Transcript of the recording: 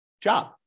job